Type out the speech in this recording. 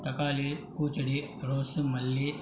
தக்காளி பூச்செடி ரோஸு மல்லி